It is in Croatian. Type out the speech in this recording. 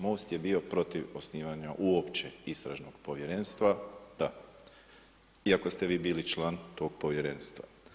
MOST je bio protiv osnivanja uopće istražnog povjerenstva, iako ste vi bili član tog povjerenstva.